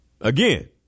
Again